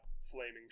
Flaming